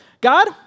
God